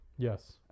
Yes